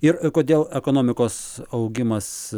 ir kodėl ekonomikos augimas